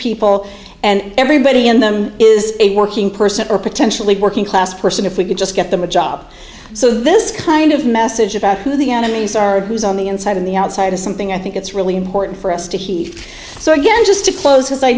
people and everybody in them is a working person or potentially working class person if we could just get them a job so this kind of message about who the enemies are who's on the inside of the outside is something i think it's really important for us to he so again just to close